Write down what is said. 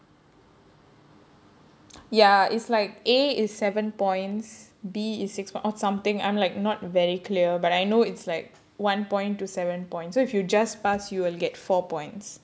ya it's like A is seven points B is six or something I'm like not very clear but I know it's like one point to seven points so if you just pass you'll get four points